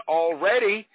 already